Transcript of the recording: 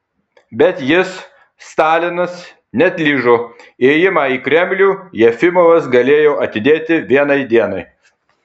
bet jis stalinas neatlyžo ėjimą į kremlių jefimovas galėjo atidėti vienai dienai